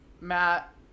matt